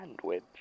sandwich